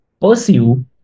pursue